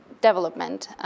development